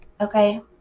Okay